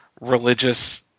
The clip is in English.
religious